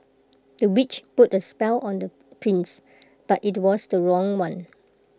the witch put A spell on the prince but IT was the wrong one